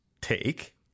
take